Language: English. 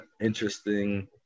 interesting